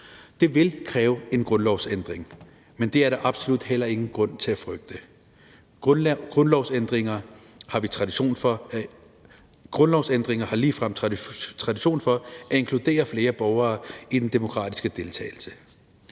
Det vil kræve en grundlovsændring, men det er der absolut heller ingen grund til at frygte. Grundlovsændringer har ligefrem tradition for at inkludere flere borgere i den demokratiske deltagelse.